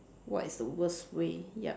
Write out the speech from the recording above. what is the worst way yup